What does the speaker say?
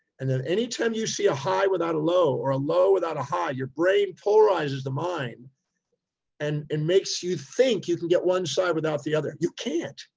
and and anytime you see a high without a low or a low, without a high, your brain polarizes the mind and and makes you think you can get one side without the other. you can't,